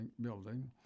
building